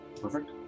Perfect